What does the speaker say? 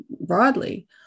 broadly